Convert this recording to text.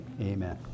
Amen